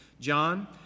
John